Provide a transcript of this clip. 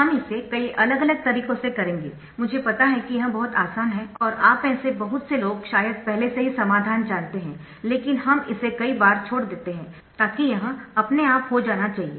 हम इसे कई अलग अलग तरीकों से करेंगे मुझे पता है कि यह बहुत आसान है और आप में से बहुत से लोग शायद पहले से ही समाधान जानते है लेकिन हम इसे कई बार छोड़ देते है ताकि यह अपने आप हो जाना चाहिए